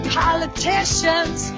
politicians